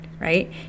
right